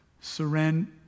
surrender